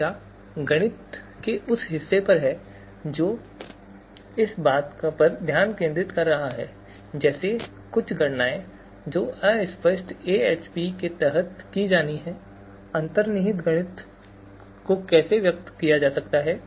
चर्चा गणित के उस हिस्से पर है जो इस बात पर ध्यान केंद्रित कर रहा है कि कैसे कुछ गणनाएं जो अस्पष्ट एएचपी के तहत की जानी हैं अंतर्निहित गणित को कैसे व्यक्त किया जाता है